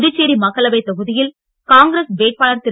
புதுச்சேரிமக்களவைதொகுதியில்காங்கிரஸ்வேட்பாளர்திரு